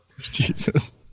Jesus